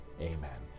amen